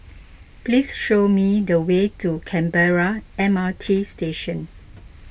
please show me the way to Canberra M R T Station